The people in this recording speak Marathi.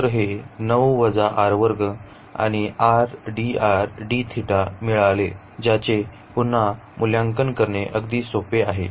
तर हे आणि मिळाले ज्याचे पुन्हा मूल्यांकन करणे अगदी सोपे आहे